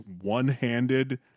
one-handed